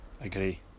agree